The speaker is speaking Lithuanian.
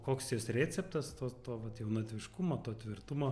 koks jos receptas to to vat jaunatviškumo to tvirtumo